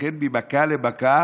ולכן ממכה למכה